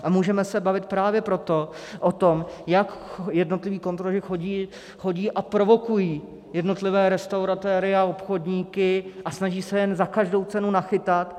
A můžeme se bavit právě proto o tom, jak jednotliví kontroloři chodí a provokují jednotlivé restauratéry a obchodníky a snaží se je za každou cenu nachytat.